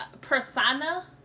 persona